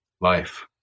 life